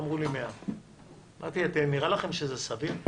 אמרו לי: 100. אמרתי: נראה לכם שזה סביר?